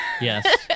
Yes